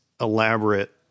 elaborate